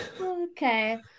Okay